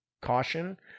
caution